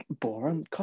boring